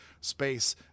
space